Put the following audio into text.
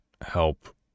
help